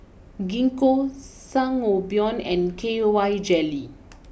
Gingko Sangobion and K Y Jelly